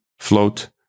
Float